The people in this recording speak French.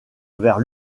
vers